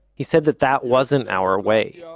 he said that that wasn't our way.